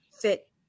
fit